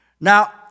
Now